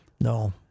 No